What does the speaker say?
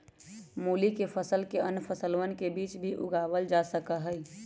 मूली के फसल के अन्य फसलवन के बीच भी उगावल जा सका हई